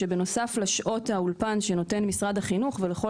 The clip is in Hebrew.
בנוסף לשעות האולפן שנותן משרד החינוך ולכל